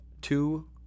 two